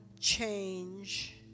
change